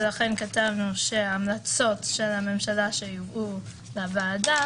לכן כתבנו שההמלצות של הממשלה שיובאו לוועדה